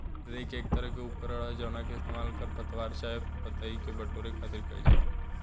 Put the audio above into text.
rake एक तरह के उपकरण ह जावना के इस्तेमाल खर पतवार चाहे पतई के बटोरे खातिर कईल जाला